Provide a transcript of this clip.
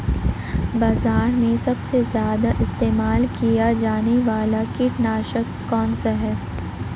बाज़ार में सबसे ज़्यादा इस्तेमाल किया जाने वाला कीटनाशक कौनसा है?